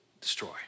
destroy